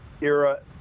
era